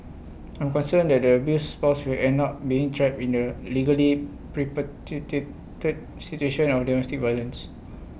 I'm concerned that the abused spouse will end up being trapped in the legally situation of domestic violence